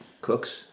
cooks